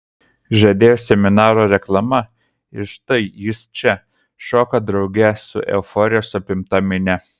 žadėjo seminaro reklama ir štai jis čia šoka drauge su euforijos apimta minia